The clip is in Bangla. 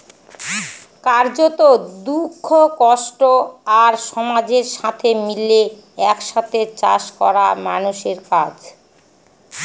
কার্যত, দুঃখ, কষ্ট আর সমাজের সাথে মিলে এক সাথে চাষ করা মানুষের কাজ